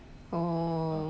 oh